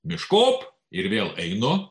miškop ir vėl einu